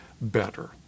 Better